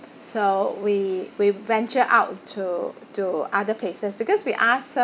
so we we venture out to to other places because we ask her